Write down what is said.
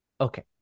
okay